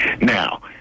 Now